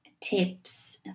tips